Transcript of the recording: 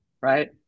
right